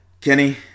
Kenny